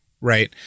right